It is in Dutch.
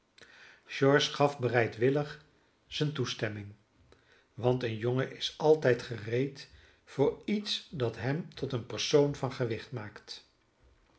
george gaf bereidwillig zijne toestemming want een jongen is altijd gereed voor iets dat hem tot een persoon van gewicht maakt